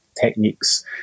techniques